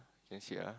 ya sia